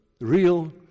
real